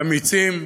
אמיצים ולוחמים.